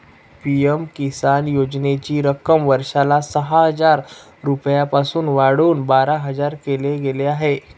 PM Kisan योजनेची रक्कम वर्षाला सहा हजार रुपयांपासून वाढवून बारा हजार केल गेलं आहे